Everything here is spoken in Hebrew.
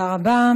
תודה רבה.